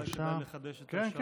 אולי כדאי לחדש את השעון.